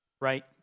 Right